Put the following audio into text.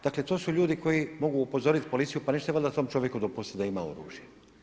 Dakle, to su ljudi koji mogu upozoriti policiju, pa nećete valjda tom čovjeku dopustiti da ima oružje.